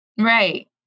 Right